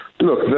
Look